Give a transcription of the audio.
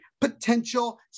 potential